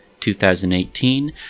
2018